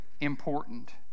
important